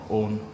own